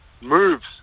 Moves